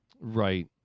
Right